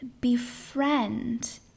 befriend